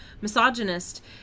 misogynist